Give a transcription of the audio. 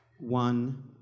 one